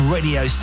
Radio